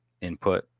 input